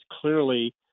clearly